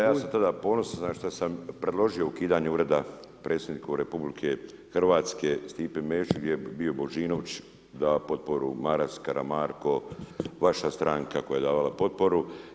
Da, ja sam tada ponosan šta sam predložio ukidanje Ureda predsjednika RH Stipe Mesića gdje je bio Božinović, da potporu Maras, Karamarko, vaša stranka koja je davala potporu.